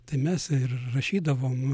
tai mes ir rašydavom